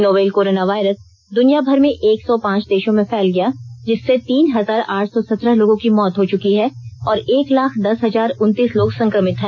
novel corona virus दुनिया भर में एक सौ पांच देशों में फैल गया जिससे तीन हजार आठ सौ सत्रह लोगों की मौत हो चुकी है और एक लाख दस हजार उन्तीस लोग संक्रमित हैं